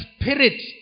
spirit